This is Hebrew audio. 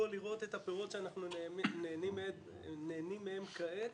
פה לראות את הפירות שאנחנו נהנים מהם כעת,